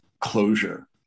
closure